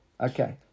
Okay